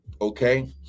Okay